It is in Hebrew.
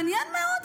מעניין מאוד,